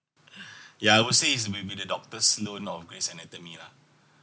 ya I would say it's may be the doctor's note of grace anatomy lah